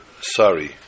sorry